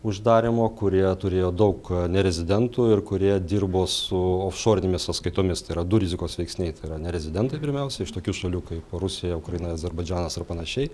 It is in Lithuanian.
uždarymo kurie turėjo daug nerezidentų ir kurie dirbo su ofšorinėmis sąskaitomis tai yra du rizikos veiksniai tai yra nerezidentai pirmiausia iš tokių šalių kaip rusija ukraina azerbaidžanas ar panašiai